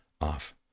off